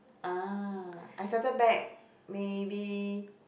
ah I started back maybe